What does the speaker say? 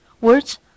Words